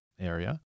area